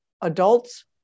adults